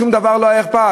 שום דבר לא היה אכפת.